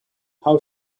how